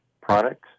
products